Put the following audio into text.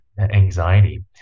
anxiety